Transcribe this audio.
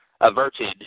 averted